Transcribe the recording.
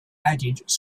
added